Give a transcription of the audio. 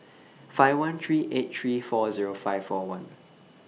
five one three eight three four Zero five four one